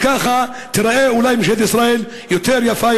וככה תיראה אולי ממשלת ישראל יותר יפה,